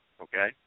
okay